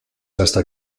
hasta